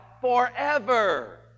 forever